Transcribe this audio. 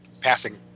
passing